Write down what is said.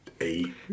Eight